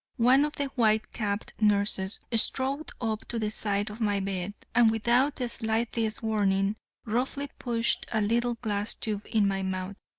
one of the white-capped nurses strode up to the side of my bed and without the slightest warning roughly pushed a little glass tube in my mouth.